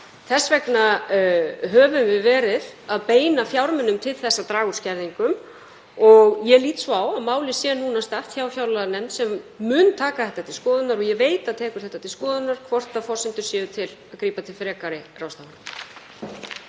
Þess vegna höfum við verið að beina fjármunum til þess að draga úr skerðingum. Ég lít svo á að málið sé statt hjá fjárlaganefnd sem mun taka þetta til skoðunar og ég veit að mun taka það til skoðunar hvort forsendur séu til að grípa til frekari ráðstafana.